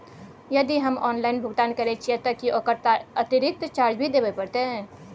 यदि हम ऑनलाइन भुगतान करे छिये त की ओकर अतिरिक्त चार्ज भी देबे परतै?